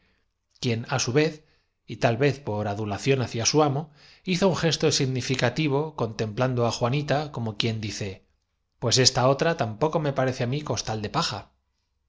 quien á su vez y tal vez por adulación viajeros no sin gran susto aunque tranquilizados por la erudición de hacia su amo hizo un gesto significativo contemplan benjamín que se esforzaba en persuadirles de que en do á juanita como quien dice pues esta otra tam la conducta del jefe de guardia no había malevolencia poco me parece á mí costal de paja